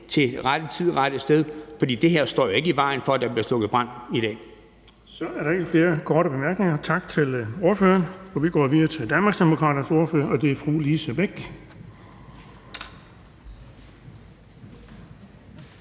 til rette tid og rette sted, for det her står jo ikke i vejen for, at der bliver slukket brand i dag.